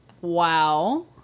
Wow